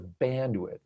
bandwidth